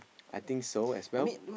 I think so as well